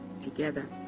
together